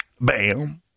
bam